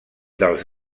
dels